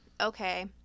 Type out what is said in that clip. okay